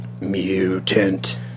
Mutant